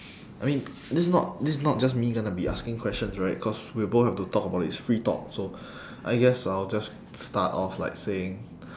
I mean this is not this is not just me gonna be asking questions right cause we both have to talk about it it's free talk so I guess I'll just start off like saying